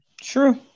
True